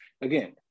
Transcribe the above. again